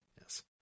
Yes